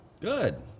Good